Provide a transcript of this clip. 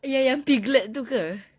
ya~ yang piglet itu ke